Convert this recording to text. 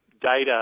data